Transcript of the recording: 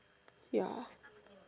ya